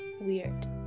weird